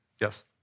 Yes